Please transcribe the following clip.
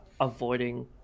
avoiding